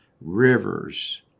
rivers